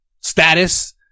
status